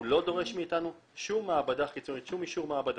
הוא לא דורש מאיתנו שום אישור מעבדה.